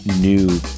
new